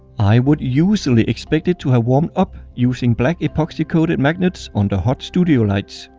i would usually expect it to have warmed up using black epoxy coated magnets under hot studio lights.